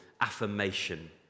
affirmation